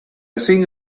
think